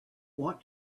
want